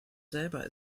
selber